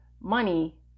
money